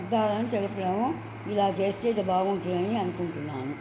అర్ధాలను తెలుపులేము ఇలా చేస్తే ఇది బాగుంటుందని అనుకుంటున్నాను